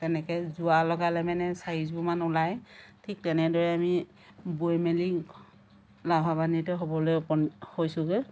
তেনেকৈ যোৰা লগালে মানে চাৰিযোৰমান ওলায় ঠিক তেনেদৰে আমি বৈ মেলি লাভাবান্বিত হ'বলৈ অকণ হৈছোঁ গৈ